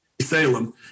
salem